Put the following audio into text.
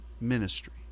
ministry